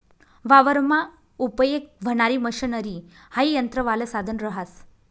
वावरमा उपयेग व्हणारी मशनरी हाई यंत्रवालं साधन रहास